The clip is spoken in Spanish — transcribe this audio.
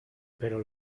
pero